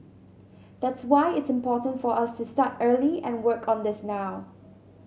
that's why it's important for us to start early and work on this now